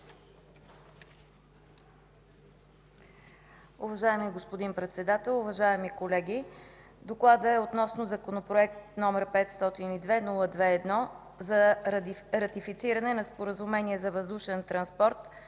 Уважаеми господин Председател, уважаеми колеги! „ДОКЛАД относно Законопроект, № 502-02-1, за ратифициране на Споразумение за въздушен транспорт